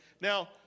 Now